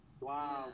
Wow